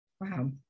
Wow